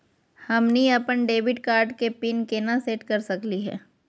हमनी अपन debit card के पीन केना सेट कर सकली हे?